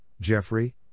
Jeffrey